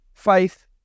faith